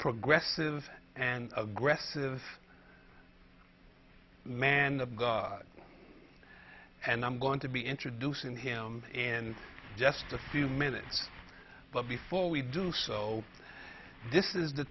progressive and aggressive man of god and i'm going to be introducing him in just a few minutes but before we do so this is the